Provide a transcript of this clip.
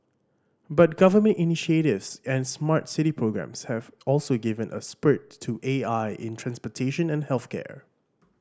but government initiatives and smart city programs have also given a spurt to A I in transportation and health care